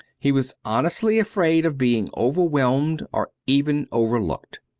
he was honestly afraid of being overwhelmed or even overlooked.